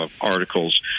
articles